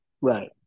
right